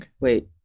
Wait